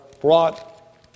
brought